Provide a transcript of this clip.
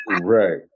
Right